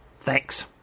Thanks